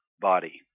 body